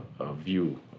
view